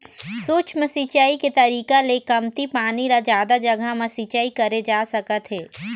सूक्ष्म सिंचई के तरीका ले कमती पानी ल जादा जघा म सिंचई करे जा सकत हे